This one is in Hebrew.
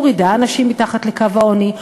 מורידה אנשים מתחת לקו העוני,